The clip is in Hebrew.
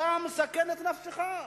אתה מסכן את נפשך,